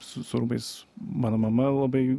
su su rūbais mano mama labai